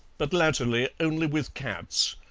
but latterly only with cats,